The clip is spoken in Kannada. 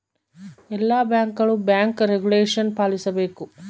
ಎಲ್ಲ ಬ್ಯಾಂಕ್ಗಳು ಬ್ಯಾಂಕ್ ರೆಗುಲೇಷನ ಪಾಲಿಸಬೇಕು